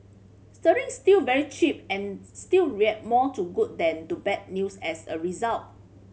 sterling's still very cheap and still react more to good than to bad news as a result